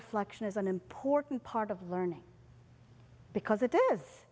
reflection is an important part of learning because it is